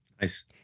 Nice